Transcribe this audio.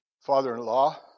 father-in-law